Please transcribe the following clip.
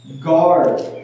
guard